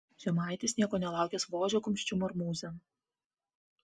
žemaitis nieko nelaukęs vožia kumščiu marmūzėn